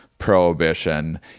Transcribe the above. prohibition